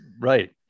Right